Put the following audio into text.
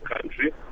country